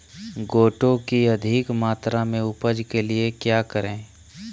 गोटो की अधिक मात्रा में उपज के लिए क्या करें?